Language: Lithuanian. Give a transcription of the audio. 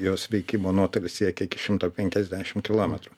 jos veikimo nuotolis siekia iki šimto penkiasdešim kilometrų